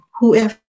whoever